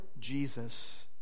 Jesus